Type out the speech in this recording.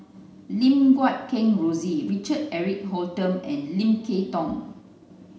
Lim Guat Kheng Rosie Richard Eric Holttum and Lim Kay Tong